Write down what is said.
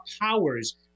powers